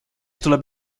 tuleb